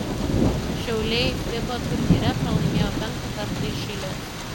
šiauliai fiba turnyre pralaimėjo penktą kartą iš eilės